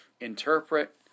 interpret